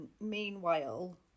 Meanwhile